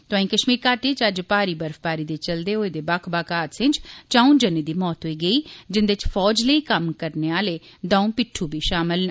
तोआई कश्मीर घाटी च अज्ज भारी बर्फबारी दे चलदे होए दे बक्ख बक्ख हादसें च चौं जनें दी मौत होई गेई जिंदे च फौज लेई कम्म करदे आह्ले दौं पिट्वु बी शामल न